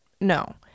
no